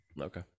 Okay